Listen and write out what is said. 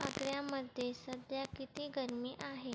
आग्र्यामध्ये सध्या किती गरमी आहे